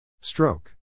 Stroke